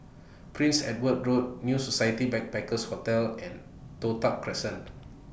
Prince Edward Road New Society Backpackers Hotel and Toh Tuck Crescent